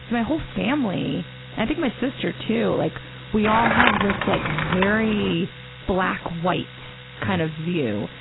so my whole family, and i think my sister, too, like we all have this like very black white kind of view.